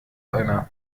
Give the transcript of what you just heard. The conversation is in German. einer